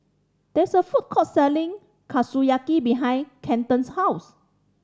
there is a food court selling Kushiyaki behind Kenton's house